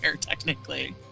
technically